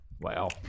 Wow